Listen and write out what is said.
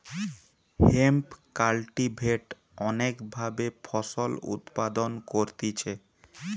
hemp cultivate অনেক ভাবে ফসল উৎপাদন করতিছে